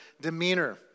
demeanor